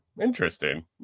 Interesting